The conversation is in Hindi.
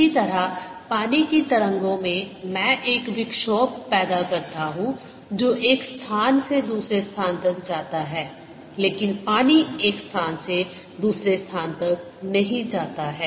इसी तरह पानी की तरंगों में मैं एक विक्षोभ पैदा करता हूं जो एक स्थान से दूसरे स्थान तक जाता है लेकिन पानी एक स्थान से दूसरे स्थान तक नहीं जाता है